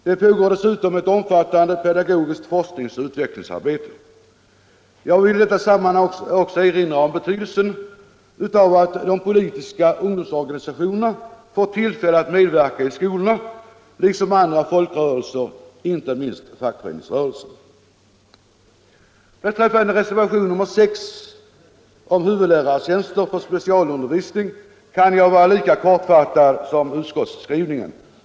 Det bedrivs dessutom ett betydande pedagogiskt forskningsoch utvecklingsarbete. Jag vill i detta sammanhang också erinra om betydelsen av att de politiska ungdomsorganisationerna får tillfälle att medverka i skolorna liksom andra folkrörelser, inte minst fackföreningsrörelsen. Beträffande reservationen 6 om huvudlärartjänster för specialundervisning kan jag vara lika kortfattad som utskottet är i sin skrivning.